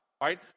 Right